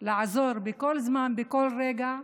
לעזור בכל זמן, בכל רגע,